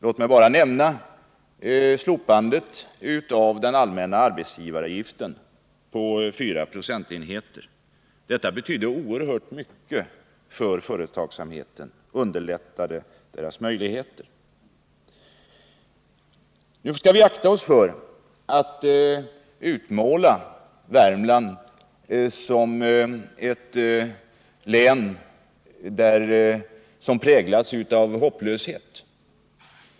Låt mig bara nämna slopandet av den allmänna arbetsgivaravgiften på fyra procentenheter. Detta betydde oerhört mycket för företagsamheten, och det underlättade dess möjligheter. Nu skall vi akta oss för att utmåla Värmland som ett län som präglas av hopplöshet.